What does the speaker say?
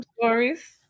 stories